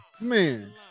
Man